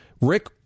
Rick